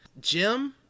jim